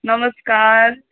नमस्कार